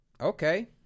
okay